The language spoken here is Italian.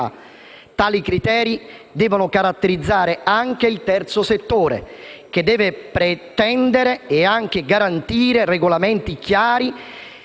Tali criteri devono caratterizzare anche il terzo settore, che deve pretendere e anche garantire regolamenti chiari